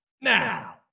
Now